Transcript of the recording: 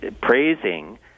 praising